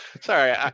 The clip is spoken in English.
Sorry